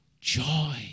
joy